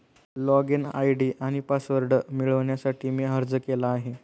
login ID आणि password मिळवण्यासाठी मी अर्ज केला आहे